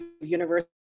University